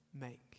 make